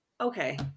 okay